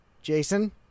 Jason